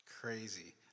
crazy